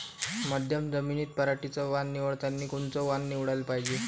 मध्यम जमीनीत पराटीचं वान निवडतानी कोनचं वान निवडाले पायजे?